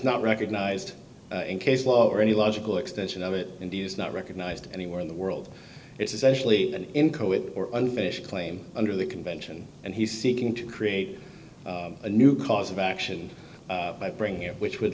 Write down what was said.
not recognized in case law or any logical extension of it indeed is not recognized anywhere in the world it's essentially an encoded unfinished claim under the convention and he's seeking to create a new cause of action by bring here which would